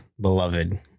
beloved